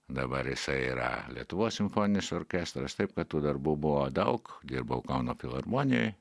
dabar jisai yra lietuvos simfoninis orkestras taip kat tų darbų buvo daug dirbau kauno filharmonijoj